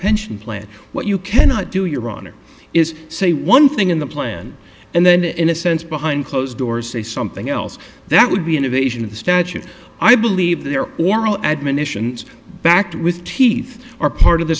pension plan what you cannot do your honor is say one thing in the plan and then in a sense behind closed doors say something else that would be an evasion of the statute i believe their oral admonitions backed with teeth are part of the